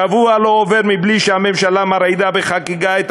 שבוע לא עובר מבלי שהממשלה מרעידה בחקיקה את